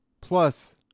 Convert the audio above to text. Plus